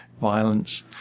violence